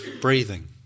breathing